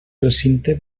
recinte